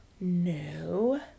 No